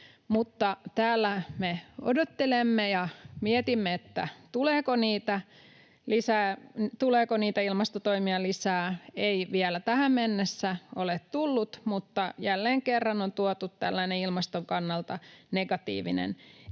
täällä me odottelemme ja mietimme, tuleeko niitä ilmastotoimia lisää. Ei vielä tähän mennessä ole tullut, mutta jälleen kerran on tuotu tällainen ilmaston kannalta negatiivinen esitys.